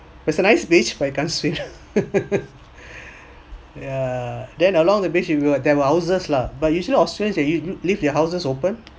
it's a nice beach but you can't swim ya then along the beach where we were there were houses lah but usually australian leave their houses open